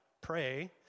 pray